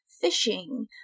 fishing